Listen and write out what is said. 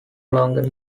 longer